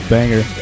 Banger